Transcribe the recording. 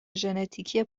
ژنتیکی